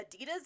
adidas